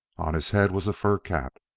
on his head was a fur cap,